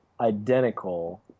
identical